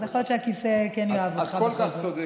אז יכול להיות שהכיסא כן, את כל כך צודקת.